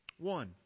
One